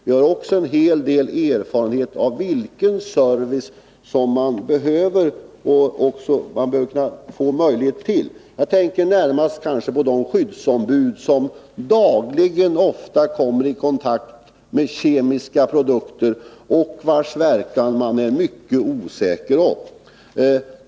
Vi har också en hel del erfarenhet av vilken service som man behöver få möjlighet till. Jag tänker då närmast på de skyddsombud som dagligen ofta kommer i kontakt med kemiska produkter, vilkas verkan man ofta är mycket osäker om.